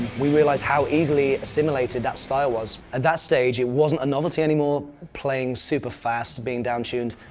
we realized how easily assimilated that style was. at that stage it wasn't a novelty anymore, playing super fast, being downtuned.